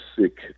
sick